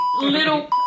little